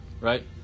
right